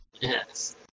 yes